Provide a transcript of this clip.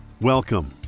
Welcome